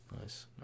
Nice